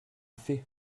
fait